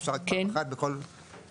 אפשר רק פעם אחת בכל נושא.